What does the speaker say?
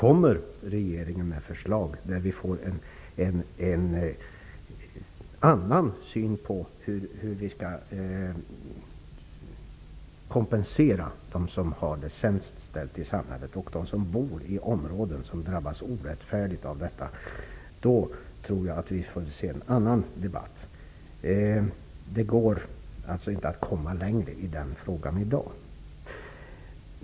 Om regeringen kommer med förslag där det finns en annan syn på hur vi skall kompensera dem som har det sämst ställt i samhället och dem som bor i områden som drabbas orättfärdigt tror jag att vi kommer att få en annan debatt. Det går inte att komma längre i den frågan i dag.